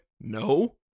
No